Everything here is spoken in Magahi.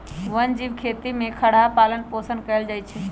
वन जीव खेती में खरहा पालन पोषण कएल जाइ छै